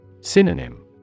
Synonym